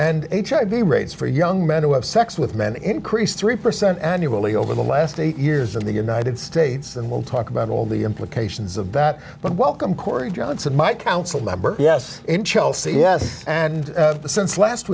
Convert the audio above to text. b rates for young men to have sex with men increase three percent annually over the last eight years in the united states and we'll talk about all the implications of that but welcome corey johnson my council member yes in chelsea yes and since last